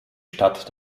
stadt